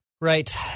Right